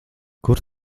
kur